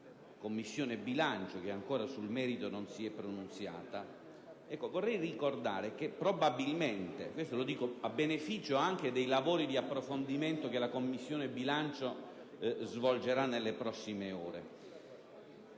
Commissione bilancio, che ancora sul merito non si è pronunziata, vorrei ricordare che probabilmente - lo dico a beneficio anche dei lavori di approfondimento che la Commissione bilancio svolgerà nelle prossime ore